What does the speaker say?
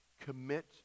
commit